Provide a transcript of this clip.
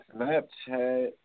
Snapchat